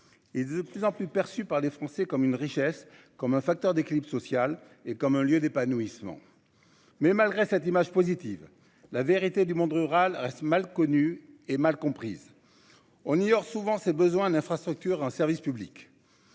est de plus en plus perçu par les Français comme une richesse comme un facteur d'équilibre social et comme un lieu d'épanouissement. Mais malgré cette image positive la vérité du monde rural reste mal connue et mal comprise. On ignore souvent ses besoins d'infrastructures un service public.